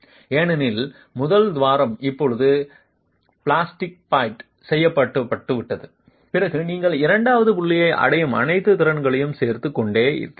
ஏனெனில் முதல் துவாரம் இப்போது ப்ளாஸ்டிஃபைட் செய்யப்பட்டுவிட்டது பிறகு நீங்கள் இரண்டாவது புள்ளியை அடையும் அனைத்து திறன்களையும் சேர்த்துக் கொண்டே இருக்கிறீர்கள்